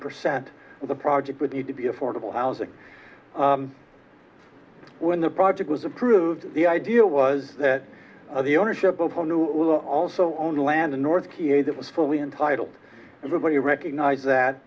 percent of the project would need to be affordable housing when the project was approved the idea was that the ownership also own land in north that was fully entitled everybody recognizes that